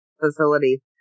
facility